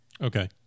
Okay